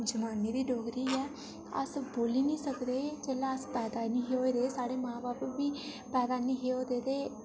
जमाने दी डोगरी ऐ अस बोल्ली निं सकदे जेल्लै अस पैदा नेईं हे होए दे एह् साढ़े मांऽ बब्ब बी पैदा नेईं हे होए दे ते